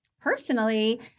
personally